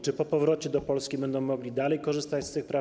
Czy po powrocie do Polski będą mogli dalej korzystać z tych praw?